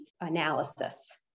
analysis